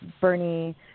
Bernie